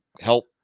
help